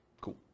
Cool